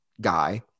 guy